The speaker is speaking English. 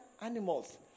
animals